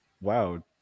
wow